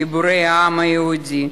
גיבורי העם היהודי.